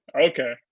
Okay